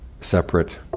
separate